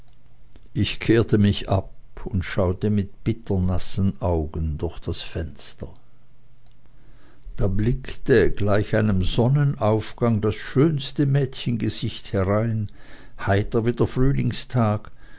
ich kehrte mich ab und schaute mit bitter nassen augen durch das fenster da blickte gleich einem sonnenaufgang das schönste mädchengesicht herein heiter wie der frühlingstag